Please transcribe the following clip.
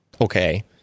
okay